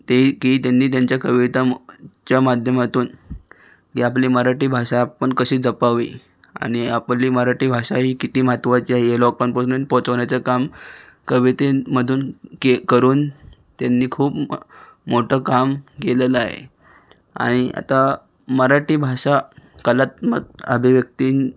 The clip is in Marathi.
ते ही की तेंनी त्यांच्या कविता च्या माध्यमातून की आपली मराठी भाषा आपण कशी जपावी आणि आपली मराठी भाषा ही किती महत्त्वाची आहे हे लोकांपर्यंत पोचवण्याचं काम कवितेंमधून के करून तेंनी खूप मोठं काम केलेलं आहे आणि आता मराठी भाषा कलात्मक अभिव्यक्तीं